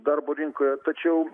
darbo rinkoje tačiau